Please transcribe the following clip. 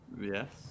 yes